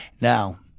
Now